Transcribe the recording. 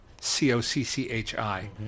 C-O-C-C-H-I